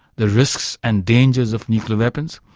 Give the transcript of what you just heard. the risks and dangers of nuclear weapons,